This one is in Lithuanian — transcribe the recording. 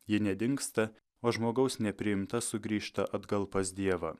ji nedingsta o žmogaus nepriimta sugrįžta atgal pas dievą